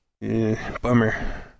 Bummer